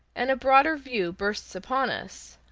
and a broader view bursts upon us,